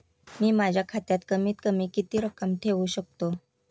मी माझ्या खात्यात कमीत कमी किती रक्कम ठेऊ शकतो?